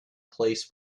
place